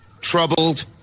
troubled